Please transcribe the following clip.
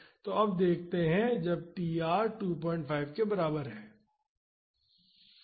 तो अब देखते हैं जब tr 25 के बराबर है